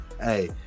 Hey